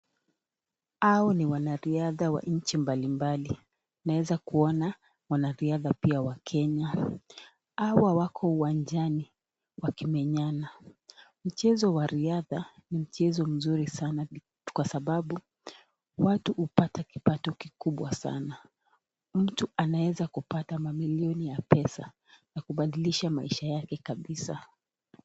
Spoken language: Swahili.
Hao ni wanariadha wa nchi mbalimbal. Tunaweza kuona pia wanariadha pia wa Kenya. Hawa wako uwanjani wakimenyana. Mchezo wa riadha ni mchezo mzuri sana kwasababu watu hupata kipato kikubwa sana. Mtu anaweza pata mamilioni ya pesa ya kubadilisha maisha yake kabisa.